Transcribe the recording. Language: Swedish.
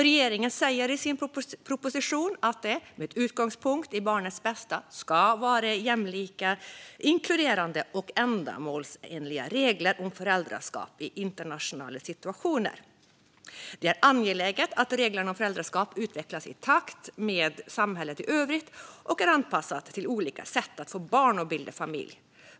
Regeringen säger i sin proposition att det med utgångspunkt i barnets bästa ska vara jämlika, inkluderande och ändamålsenliga regler om föräldraskap i internationella situationer. Det är angeläget att reglerna om föräldraskap utvecklas i takt med samhället i övrigt och är anpassade till olika sätt att få barn och bilda familj.